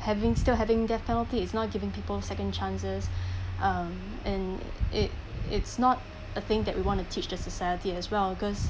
having still having death penalty is not giving people second chances um and it it's not a thing that we want to teach the society as well because